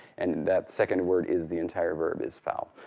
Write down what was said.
and that second word is the entire verb is foul.